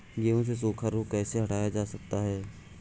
गेहूँ से सूखा रोग कैसे हटाया जा सकता है?